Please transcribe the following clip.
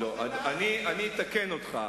אני אתקן אותך.